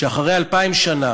שאחרי אלפיים שנה